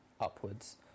upwards